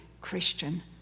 Christian